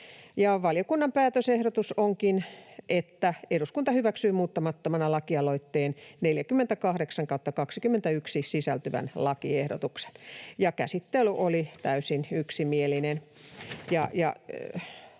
Valiokunnan päätösehdotus onkin, että eduskunta hyväksyy muuttamattomana laki-aloitteeseen 48/21 sisältyvän lakiehdotuksen. Käsittely oli täysin yksimielinen,